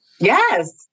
Yes